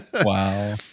Wow